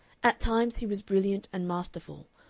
at times he was brilliant and masterful,